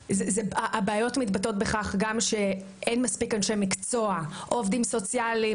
הבעיות מתבטאות גם בכך שאין מספיק אנשי מקצוע עובדים סוציאליים,